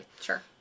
Sure